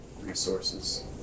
resources